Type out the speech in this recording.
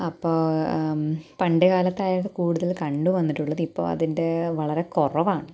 അപ്പോള് പണ്ട് കാലത്തായിത് കൂടുതല് കണ്ടുവന്നിട്ടുള്ളത് ഇപ്പോള് അതിൻറ്റേ വളരെ കുറവാണ്